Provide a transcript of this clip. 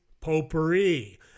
potpourri